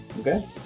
Okay